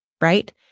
right